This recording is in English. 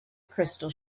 crystal